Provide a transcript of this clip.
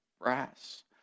brass